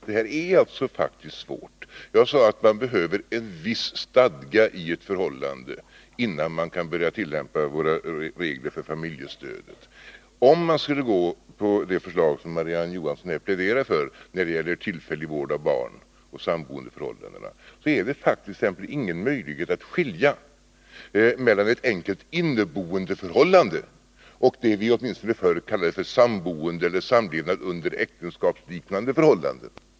Herr talman! Det här är faktiskt svårt. Jag sade att det behövs en viss stadga i ett förhållande innan man kan börja tillämpa våra regler för familjestöd. Om man skulle följa det förslag som Marie-Ann Johansson pläderar för när det gäller tillfällig vård av barn och samboendeförhållandena, är det faktiskt inte möjligt att skilja mellan ett enkelt inneboendeförhållande och det som vi åtminstone förr kallade för samboende eller samlevnad under äktenskapsliknande förhållanden.